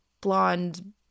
blonde